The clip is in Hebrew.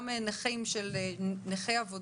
גם נכי עבודה,